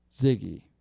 Ziggy